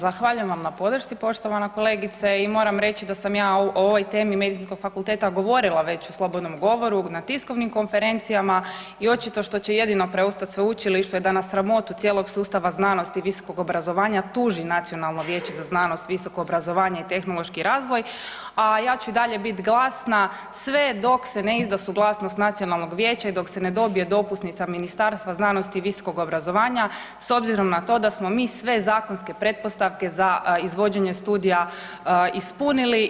Zahvaljujem vam na podršci poštovana kolegice i moram reći da sam ja o ovoj temi medicinskog fakulteta govorila već u slobodnom govoru, na tiskovnim konferencijama i očito što će jedino preostati sveučilištu je da na sramotu cijelog sustava znanosti i visokog obrazovanja tuži Nacionalno vijeće za znanost, visoko obrazovanje i tehnološki razvoj, a ja ću i dalje biti glasna sve dok se ne izda suglasnost nacionalnog vijeća i dok se ne dobije dopusnica Ministarstva znanosti i visokog obrazovanja s obzirom na to da smo mi sve zakonske pretpostavke za izvođenje studija ispunili.